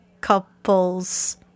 couples